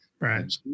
Right